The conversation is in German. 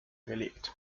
gelegt